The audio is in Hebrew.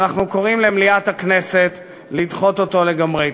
ואנחנו קוראים למליאת הכנסת לדחות אותו לגמרי.